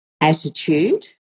attitude